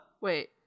Wait